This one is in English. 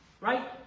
Right